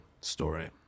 story